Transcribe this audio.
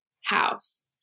house